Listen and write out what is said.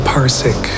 Parsec